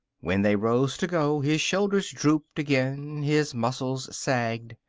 when they rose to go, his shoulders drooped again, his muscles sagged.